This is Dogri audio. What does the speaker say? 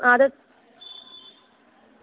आं ते